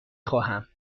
خواهم